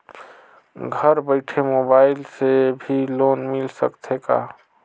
घर बइठे मोबाईल से भी लोन मिल सकथे का?